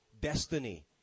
destiny